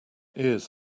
ears